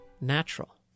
natural